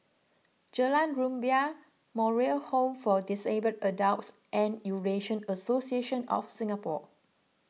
Jalan Rumbia Moral Home for Disabled Adults and Eurasian Association of Singapore